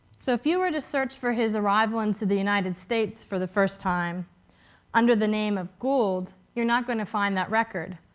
so if you were to search for his arrival into the united states for the first time under the name of gould, you're not going to find that record.